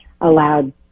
allowed